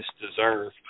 deserve